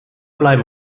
bleiben